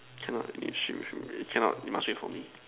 cannot you swim swim cannot you must wait for me